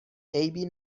عیبی